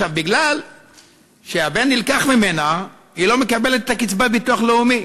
בגלל שהבן נלקח ממנה היא לא מקבלת קצבת ביטוח לאומי.